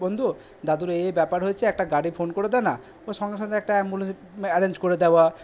বন্ধু দাদুর এই এই ব্যাপার হয়েছে একটা গাড়ি ফোন করে দে না তো সঙ্গে সঙ্গে একটা অ্যাম্বুলেন্স অ্যারেঞ্জ করে দেওয়া